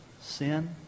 sin